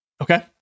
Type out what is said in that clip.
Okay